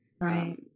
Right